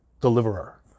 deliverer